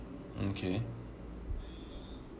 okay